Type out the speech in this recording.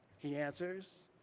he answers,